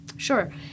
Sure